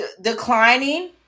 declining